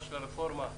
של הרפורמה,